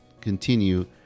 continue